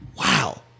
wow